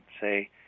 say